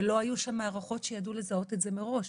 ולא היו שם מערכות שידעו לזהות את זה מראש.